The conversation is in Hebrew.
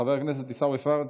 חבל חבר הכנסת עיסאווי פריג'